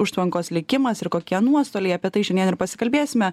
užtvankos likimas ir kokie nuostoliai apie tai šiandien ir pasikalbėsime